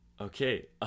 Okay